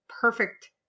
perfect